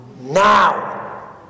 now